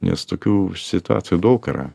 nes tokių situacijų daug yra